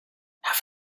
half